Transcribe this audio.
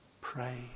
pray